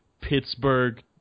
Pittsburgh